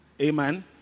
amen